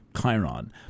Chiron